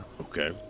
Okay